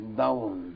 down